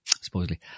Supposedly